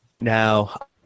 Now